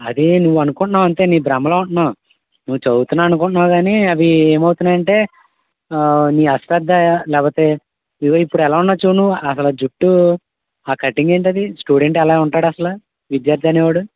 అదీ నువ్వనుకుంటున్నావ్ అంతే నీ భ్రమలో ఉన్నావ్ నువ్వు చదువుతున్నా అని అనుకుంటున్నావు కానీ అవి ఏమవుతున్నాయంటే నీ అశ్రద్ధ లేకపోతే ఇగో ఇప్పుడు ఎలా ఉన్నావ్ చూడు నువ్వు అసలా జుట్టూ ఆ కట్టింగ్ ఏంటి అది స్టూడెంట్ అలా ఉంటాడా అసలు విద్యార్థి అనేవాడు